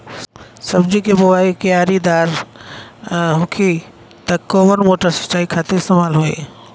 सब्जी के बोवाई क्यारी दार होखि त कवन मोटर सिंचाई खातिर इस्तेमाल होई?